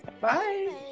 Bye